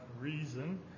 reason